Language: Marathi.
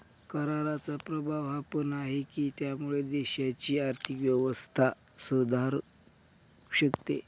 कराचा प्रभाव हा पण आहे, की त्यामुळे देशाची आर्थिक व्यवस्था सुधारू शकते